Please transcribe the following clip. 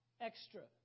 extra